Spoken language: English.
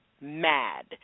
mad